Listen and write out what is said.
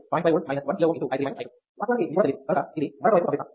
5V 1 kilo Ω వాస్తవానికి ఇది కూడా తెలియదు కనుక ఇది మరొక వైపుకు పంపిస్తాం